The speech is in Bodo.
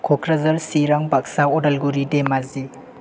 क'क्राझार सिरां बाकसा उदालगुरि धेमाजि